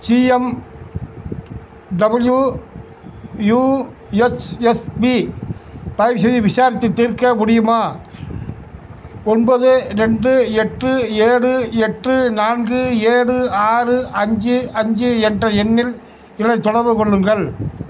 CMW USSP தயவுசெய்து விசாரித்துத் தீர்க்க முடியுமா ஒன்பது ரெண்டு எட்டு ஏழு எட்டு நான்கு ஏழு ஆறு அஞ்சு அஞ்சு என்ற எண்ணில் என்னைத் தொடர்புக் கொள்ளுங்கள்